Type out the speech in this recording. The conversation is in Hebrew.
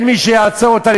אין מי שיעצור אותה,